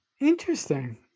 Interesting